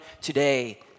today